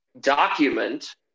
document